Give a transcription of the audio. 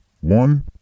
One